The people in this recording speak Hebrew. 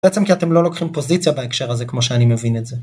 בעצם כי אתם לא לוקחים פוזיציה בהקשר הזה כמו שאני מבין את זה.